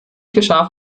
geschah